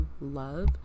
love